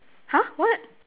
!huh! what